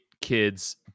kids